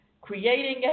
creating